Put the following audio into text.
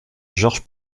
georges